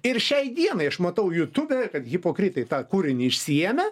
ir šiai dienai aš matau jutube kad hipokritai tą kūrinį išsiėmę